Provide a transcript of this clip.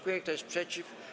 Kto jest przeciw?